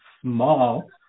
small